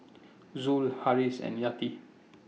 Zul Harris and Yati